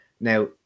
Now